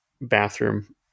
bathroom